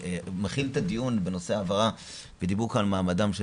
שמכיל את הדיון בנושא העברה ודיברו כאן על מעמדם של